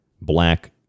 black